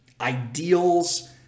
ideals